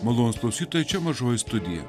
malonūs klausytojai čia mažoji studija